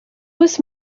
was